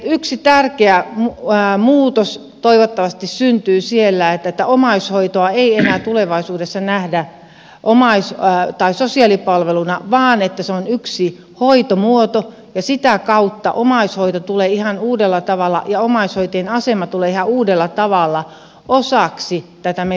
yksi tärkeä muutos toivottavasti syntyy siinä että omaishoitoa ei enää tulevaisuudessa nähdä sosiaalipalveluna vaan se on yksi hoitomuoto ja sitä kautta omaishoito ja omaishoitajien asema tulevat ihan uudella tavalla osaksi tätä meidän palvelujärjestelmäämme